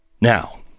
Now